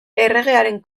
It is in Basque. erregearen